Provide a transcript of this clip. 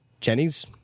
Jenny's